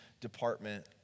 department